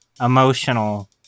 emotional